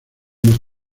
más